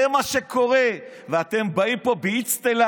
זה מה שקורה, ואתם באים פה באצטלה,